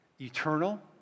eternal